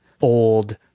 old